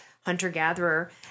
hunter-gatherer